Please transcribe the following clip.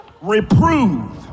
Reprove